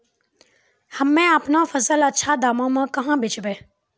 हम्मे आपनौ फसल अच्छा दामों मे कहाँ बेचबै?